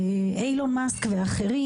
אילון מאסק ואחרים,